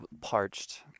parched